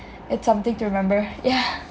it's something to remember yah